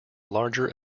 larger